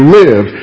live